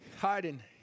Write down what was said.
Hiding